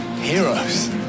Heroes